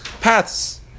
Paths